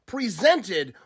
Presented